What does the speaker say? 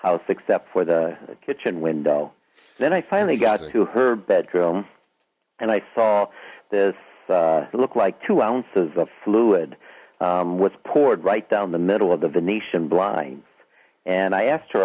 house except for the kitchen window then i finally got into her bedroom and i saw this look like two ounces of fluid was poured right down the middle of the venetian blinds and i asked her